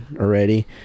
already